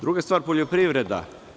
Druga stvar, poljoprivreda.